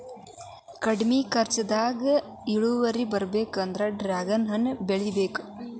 ಕಡ್ಮಿ ಕರ್ಚದಾಗ ಹೆಚ್ಚ ಇಳುವರಿ ಬರ್ಬೇಕಂದ್ರ ಡ್ರ್ಯಾಗನ್ ಹಣ್ಣ ಬೆಳಿಬೇಕ